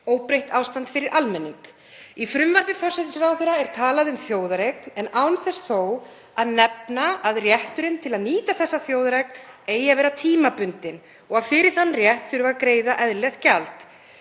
óbreytt ástand fyrir almenning. Í frumvarpi forsætisráðherra er talað um þjóðareign en án þess þó að nefna að rétturinn til að nýta þessa þjóðareign eigi að vera tímabundinn og að fyrir þann rétt þurfi að greiða eðlilegt gjald.